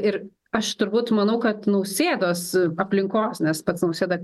ir aš turbūt manau kad nausėdos aplinkos nes pats nausėda